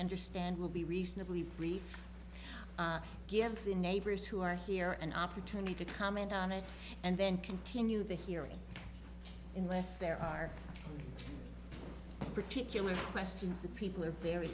understand will be reasonably brief give the neighbors who are here an opportunity to comment on it and then continue the hearing in lest there are particular questions that people are very